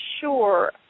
sure